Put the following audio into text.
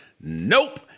Nope